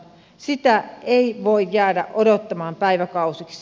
sitä ei voi jäädä odottamaan päiväkausiksi